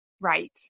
Right